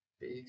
Big